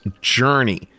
Journey